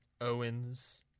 Owens